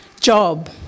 job